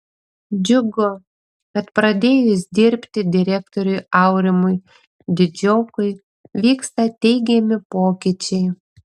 džiugu kad pradėjus dirbti direktoriui aurimui didžiokui vyksta teigiami pokyčiai